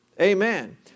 Amen